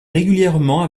régulièrement